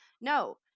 No